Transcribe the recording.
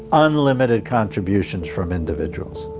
unlimited contributions from individuals.